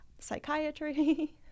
psychiatry